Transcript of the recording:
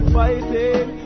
fighting